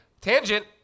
tangent